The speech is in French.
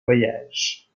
voyages